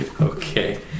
Okay